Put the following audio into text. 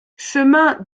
chemin